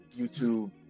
YouTube